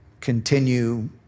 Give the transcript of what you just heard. continue